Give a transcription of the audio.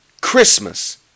Christmas